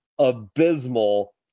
abysmal